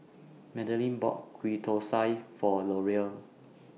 Madelyn bought Ghee Thosai For Loria